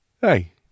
Hey